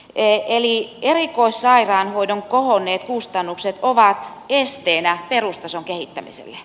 eli erikoissairaanhoidon kohonneet kustannukset ovat esteenä perustason kehittämiselle